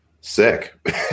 sick